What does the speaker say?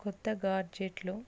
కొత్త గాడ్జెట్లు